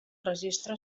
registre